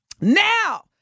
now